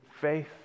faith